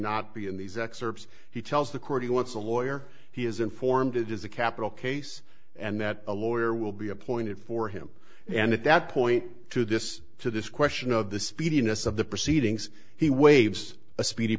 not be in these excerpts he tells the court he wants a lawyer he is informed it is a capital case and that a lawyer will be appointed for him and at that point to this to this question of the speediness of the proceedings he waives a speedy